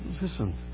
listen